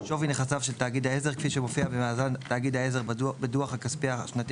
שווי נכסיו של תאגיד העזר כפי שמופיע במאזן תאגיד העזר בדוח הכספי השנתי